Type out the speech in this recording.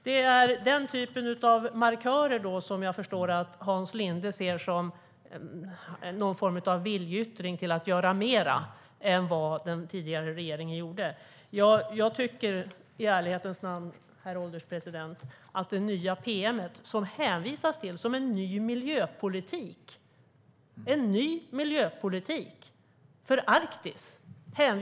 Det är den typen av markörer som jag förstår att Hans Linde ser som någon form av viljeyttring till att göra mer än den tidigare regeringen gjorde. Herr ålderspresident! Utskottet hänvisar till den nya promemorian som en ny miljöpolitik för Arktis.